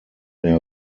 der